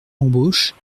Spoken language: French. embauches